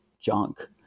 junk